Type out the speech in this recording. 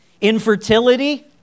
Infertility